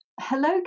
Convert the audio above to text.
Hello